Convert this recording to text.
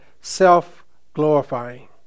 self-glorifying